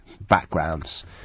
backgrounds